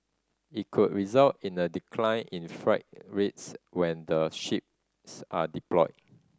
it could result in a decline in freight rates when the ships are deployed